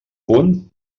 punt